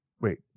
wait